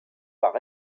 part